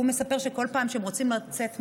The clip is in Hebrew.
הוא מספר שכל פעם שהם רוצים לצאת מהבית,